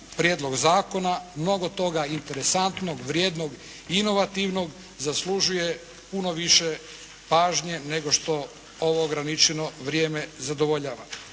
prijedlog zakona, mnogo toga interesantnog, vrijednog i inovativnog zaslužuje puno više pažnje nego što ovo ograničeno vrijeme zadovoljava,